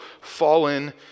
fallen